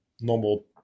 normal